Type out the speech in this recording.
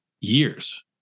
years